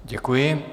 Děkuji.